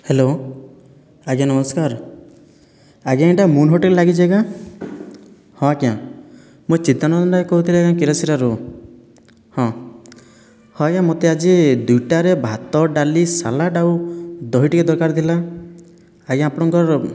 hello ଆଜ୍ଞା ନମସ୍କାର ଆଜ୍ଞା ଏଇଟା ମୁନ୍ ହୋଟେଲ ଲାଗିଛି କି ହଁ ଆଜ୍ଞା ମୁଁ ଚିତ୍ତରଞ୍ଜନ ନାୟକ କହୁଥିଲି ଆଜ୍ଞା କ୍ଷୀରସେରାରୁ ହଁ ହଁ ଆଜ୍ଞା ମୋତେ ଆଜି ଦୁଇଟାରେ ଭାତ ଡାଲି ସାଲାଡ୍ ଆଉ ଦହି ଟିକିଏ ଦରକାର ଥିଲା ଆଜ୍ଞା ଆପଣଙ୍କର